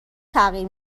تغییر